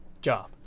job